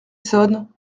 sonne